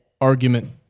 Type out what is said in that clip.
argument –